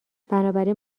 بنابراین